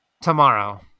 tomorrow